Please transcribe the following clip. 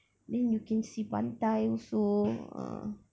then you can see pantai also ah